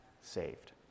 saved